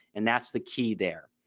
and that's the key there.